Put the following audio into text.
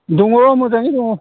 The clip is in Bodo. दङ मोजाङै दङ